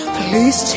please